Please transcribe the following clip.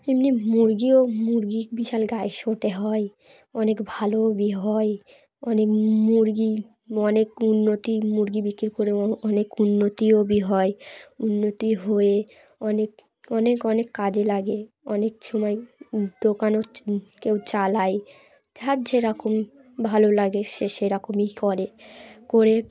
এমনি মুরগিও মুরগি বিশাল গায়ে শোঁটে হয় অনেক ভালোও হয় অনেক মুরগি অনেক উন্নতি মুরগি বিক্রি করে অনেক উন্নতিও হয় উন্নতি হয়ে অনেক অনেক অনেক কাজে লাগে অনেক সময় দোকানও কেউ চালায় যার যেরকম ভালো লাগে সে সেরকমই করে করে